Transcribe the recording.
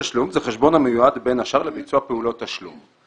חשבון תשלום הוא חשבון המיועד בין השאר לביצוע פעולות תשלום.